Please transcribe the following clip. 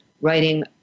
writing